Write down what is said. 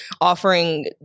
Offering